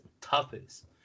toughest